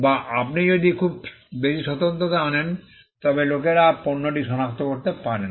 বা আপনি যদি খুব বেশি স্বতন্ত্রতা আনেন তবে লোকেরা পণ্যটি সনাক্ত করতে পারে না